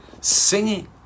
singing